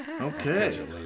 Okay